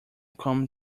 come